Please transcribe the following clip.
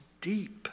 deep